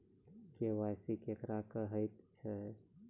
KYC केकरा कहैत छै?